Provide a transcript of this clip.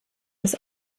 des